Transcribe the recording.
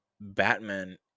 batman